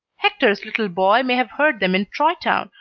hector's little boy may have heard them in troy town,